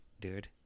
dude